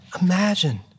imagine